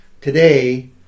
Today